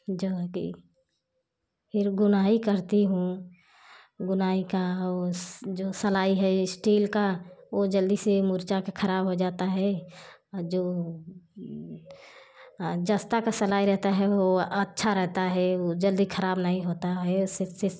जो है कि फिर गुनाई करती हूँ गुनाई का हो जो सलाई है स्टील का ओ जल्दी से मुड़ जा कर खराब हो जाता है अ जो आ जस्ता का सलाई रहता है वो अच्छा रहता है उ जल्दी खराब नहीं होता है सेस सेस